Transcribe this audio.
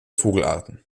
vogelarten